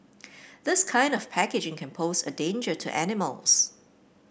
this kind of packaging can pose a danger to animals